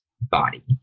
body